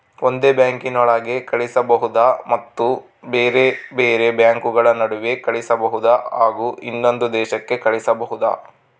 ಒಂದೇ ಬ್ಯಾಂಕಿನೊಳಗೆ ಕಳಿಸಬಹುದಾ ಮತ್ತು ಬೇರೆ ಬೇರೆ ಬ್ಯಾಂಕುಗಳ ನಡುವೆ ಕಳಿಸಬಹುದಾ ಹಾಗೂ ಇನ್ನೊಂದು ದೇಶಕ್ಕೆ ಕಳಿಸಬಹುದಾ?